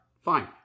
fine